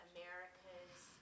America's